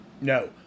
No